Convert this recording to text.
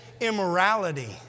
immorality